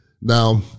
Now